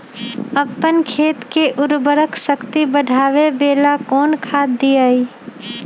अपन खेत के उर्वरक शक्ति बढावेला कौन खाद दीये?